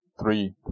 three